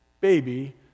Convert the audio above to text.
baby